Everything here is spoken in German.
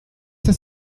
das